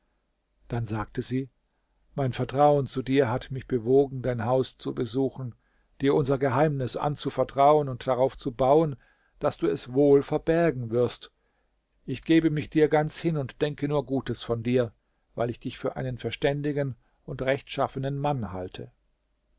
dann sagte sie mein vertrauen zu dir hat mich bewogen dein haus zu besuchen dir unser geheimnis anzuvertrauen und darauf zu bauen daß du es wohl verbergen wirst ich gebe mich dir ganz hin und denke nur gutes von dir weil ich dich für einen verständigen und rechtschaffenen mann halte